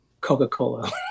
Coca-Cola